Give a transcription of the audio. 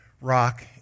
rock